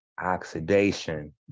Oxidation